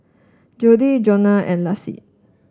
Jodie Joana and Laci